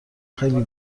خیلی